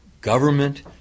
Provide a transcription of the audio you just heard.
government